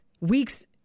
weeks